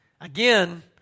Again